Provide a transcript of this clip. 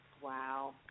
Wow